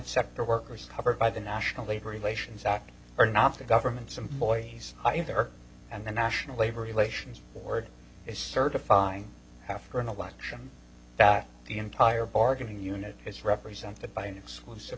sector workers covered by the national labor relations act or not the government's employees either and the national labor relations board is certifying after an election that the entire bargaining unit is represented by an exclusive